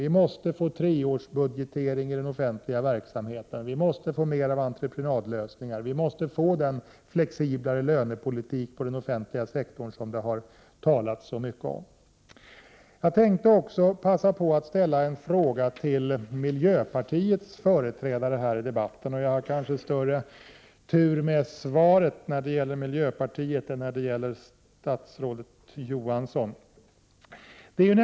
Vi måste få treårsbudgetering i den offentliga verksamheten, vi måste få mer av entreprenadlösningar, vi måste få den flexiblare lönepolitik på den offentliga sektorn som det har talats så mycket om. Jag vill också passa på att ställa en fråga till miljöpartiets företrädare här i debatten — och jag har kanske större tur med svaret när det gäller miljöpartiet än när det gäller statsrådet Johansson.